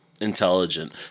intelligent